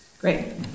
Great